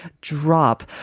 drop